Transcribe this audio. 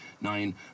nine